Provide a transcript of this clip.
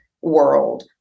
world